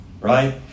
right